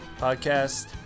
podcast